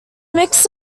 mix